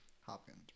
Hopkins